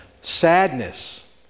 Sadness